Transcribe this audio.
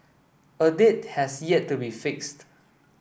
a date has yet to be fixed